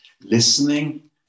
listening